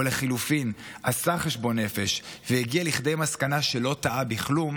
או לחלופין עשה חשבון נפש והגיע לכדי מסקנה שלא טעה בכלום,